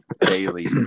daily